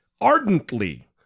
ardently